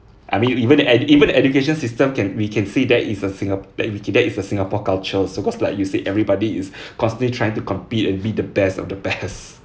I mean even edu~ even education system can we can see that is a singa~ that we okay that is a singapore culture so cause like you said everybody is constantly trying to compete and be the best of the best